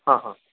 ಹಾಂ ಹಾಂ